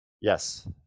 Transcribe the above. Yes